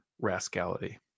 rascality